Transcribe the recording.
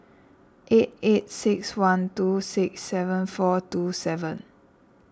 eight eight six one two six seven four two seven